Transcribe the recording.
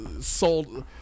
sold